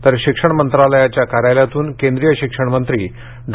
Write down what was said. तर शिक्षण मंत्रालयाच्या कार्यालयातून केंद्रीय शिक्षण मंत्री डॉ